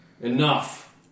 Enough